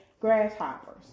grasshoppers